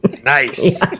nice